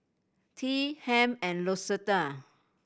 Tea Hamp and Lucetta